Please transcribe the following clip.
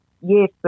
Yes